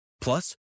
Plus